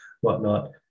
whatnot